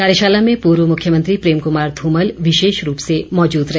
कार्यशाला में पूर्व मुख्यमंत्री प्रेम कमार ध्रमल विशेष रूप से मौजूद रहे